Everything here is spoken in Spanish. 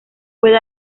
puede